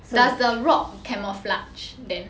does the rock camouflage them